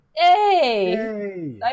Yay